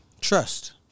Trust